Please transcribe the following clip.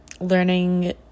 learning